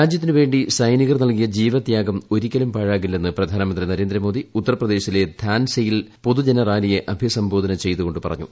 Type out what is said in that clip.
രാജ്യത്തിന് വേണ്ടി സൈനികർ നൽകിയ ജീവത്യാഗം ഒരിക്കലും പാഴാകില്ലെന്ന് പ്രധാനമന്ത്രി നരേന്ദ്രമോദി ഉത്തർപ്രദേശിലെ ഝാൻസിയിൽ പൊതുജനറാലിയെ അഭിസംബോധന ചെയ്തുകൊണ്ടു പറഞ്ഞു